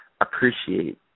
appreciate